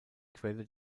quelle